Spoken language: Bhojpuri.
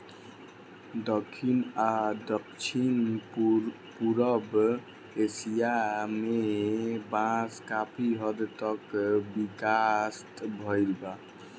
दखिन आ दक्षिण पूरब एशिया में बांस काफी हद तक विकसित भईल बा